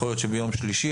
יכול להיות שביום שלישי,